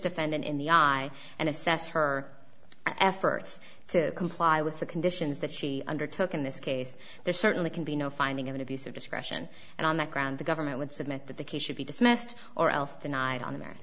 defendant in the eye and assess her efforts to comply with the conditions that she undertook in this case there certainly can be no finding of an abuse of discretion and on the ground the government would submit that the case should be dismissed or else denied on